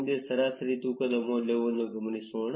ಮುಂದೆ ಸರಾಸರಿ ತೂಕದ ಮೌಲ್ಯವನ್ನು ಗಮನಿಸೋಣ